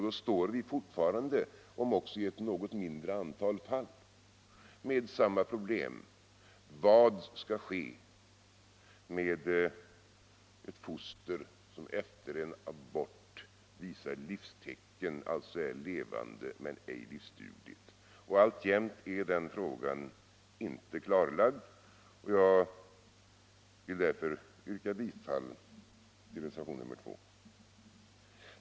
Då står vi fortfarande, om också i ett något mindre antal fall, med samma problem: Vad skall ske med ett foster som efter en abort visar livstecken, alltså är levande men ej livsdugligt? Alltjämt är den frågan inte klarlagd, och jag vill därför yrka bifall till reservationen 2.